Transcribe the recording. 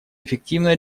эффективно